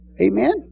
Amen